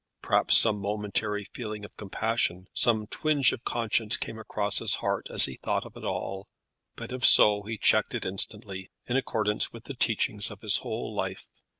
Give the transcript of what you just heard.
perhaps some momentary feeling of compassion, some twang of conscience, came across his heart, as he thought of it all but if so he checked it instantly, in accordance with the teachings of his whole life.